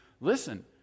listen